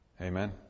Amen